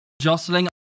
jostling